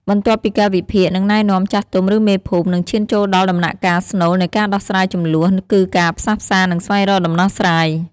បន្ទាប់ពីការវិភាគ និងណែនាំ ចាស់ទុំ ឬមេភូមិ នឹងឈានចូលដល់ដំណាក់កាលស្នូលនៃការដោះស្រាយជម្លោះ គឺការផ្សះផ្សា និងស្វែងរកដំណោះស្រាយ។